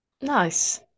nice